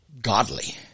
godly